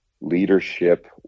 leadership